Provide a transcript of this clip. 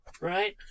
right